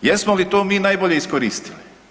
Jesmo li to mi najbolje iskoristili?